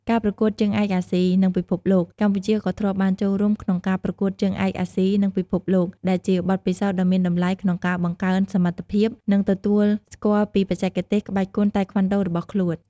ការប្រកួតជើងឯកអាស៊ី និងពិភពលោក កម្ពុជាក៏ធ្លាប់បានចូលរួមក្នុងការប្រកួតជើងឯកអាស៊ី និងពិភពលោក ដែលជាបទពិសោធន៍ដ៏មានតម្លៃក្នុងការបង្កើនសមត្ថភាព និងទទួលស្គាល់ពីបច្ចេកទេសក្បាច់គុនតៃក្វាន់ដូរបស់ខ្លួន។